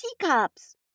teacups